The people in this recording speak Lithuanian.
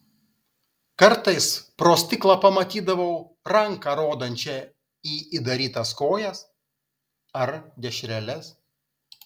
kartais pro stiklą pamatydavau ranką rodančią į įdarytas kojas ar dešreles